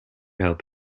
help